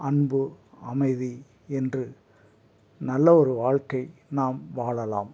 அன்பு அமைதி என்று நல்ல ஒரு வாழ்க்கை நாம் வாழலாம்